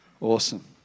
Awesome